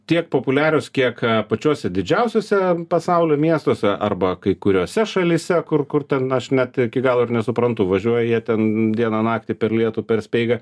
tiek populiarios kiek pačiuose didžiausiuose pasaulio miestuose arba kai kuriose šalyse kur kur ten aš net iki galo ir nesuprantu važiuoja jie ten dieną naktį per lietų per speigą